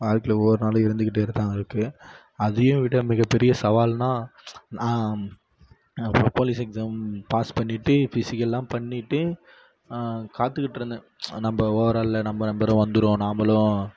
வாழ்க்கையில் ஒவ்வொரு நாளும் இருந்துக்கிட்டேதான் இருக்குது அதையும் விட மிகப்பெரிய சவால்னால் நான் போலீஸ் எக்ஸாம் பாஸ் பண்ணிட்டு பிசிக்கல்லாம் பண்ணிட்டு காத்துக்கிட்டு இருந்தேன் நம்ப ஓவர்ஆலில் நம்ம நம்பர் வந்துடும் நாமளும்